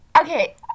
okay